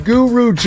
Guru